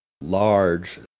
large